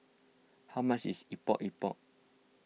how much is Epok Epok